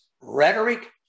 rhetoric